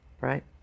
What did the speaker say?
right